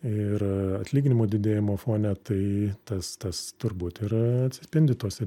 ir atlyginimų didėjimo fone tai tas tas turbūt ir atsispindi tuose